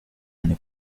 eine